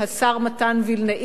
השר מתן וילנאי,